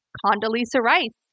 condoleezza rice.